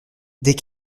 des